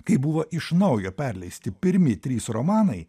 kai buvo iš naujo perleisti pirmi trys romanai